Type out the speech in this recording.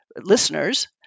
listeners